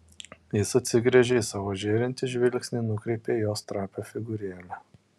jis atsigręžė ir savo žėrintį žvilgsnį nukreipė į jos trapią figūrėlę